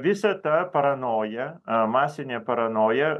visa ta paranoja masinė paranoja